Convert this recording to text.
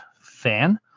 fan